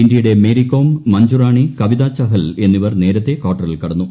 ഇന്ത്യയുടെ മേരികോം മഞ്ജുറാണി കവിതാ ചഹൽ എന്നിവർ നേരത്തെ ക്വാർട്ടറിൽ കടന്നു